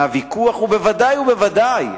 מהוויכוח, וודאי וודאי